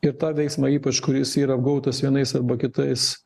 ir tą veiksmą ypač kuris yra gautas vienais arba kitais